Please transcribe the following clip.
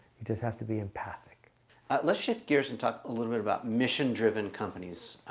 you just have to be empathic let's shift gears and talk a little bit about mission driven companies.